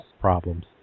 problems